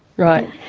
right,